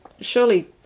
surely